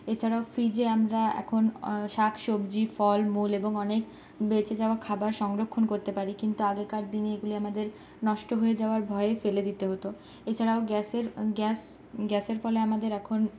এছাড়াও ফ্রিজে আমরা এখন শাকসবজি ফলমূল এবং অনেক বেঁচে যাওয়া খাবার সংরক্ষণ করতে পারি কিন্তু আগেকার দিনে এগুলি আমাদের নষ্ট হয়ে যাওয়ার ভয়ে ফেলে দিতে হতো এছাড়াও গ্যাসের গ্যাস গ্যাসের ফলে আমাদের এখন